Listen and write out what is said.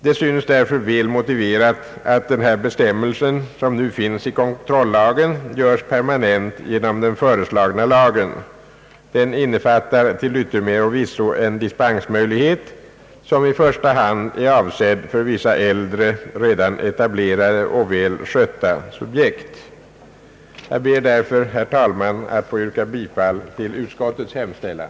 Därför synes det väl motiverat att bestämmelsen i kontrollagen görs permanent genom den föreslagna lagen. Den innefattar till yttermera visso en dispensmöjlighet som i första hand är avsedd för vissa äldre, redan etablerade och väl skötta subjekt. Jag ber därför, herr talman, att få yrka bifall till utskottets hemställan.